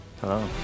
Hello